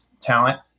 talent